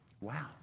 Wow